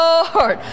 Lord